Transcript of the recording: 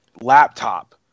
laptop